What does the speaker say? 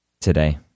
today